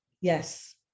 Yes